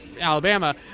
Alabama